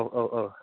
औ औ औ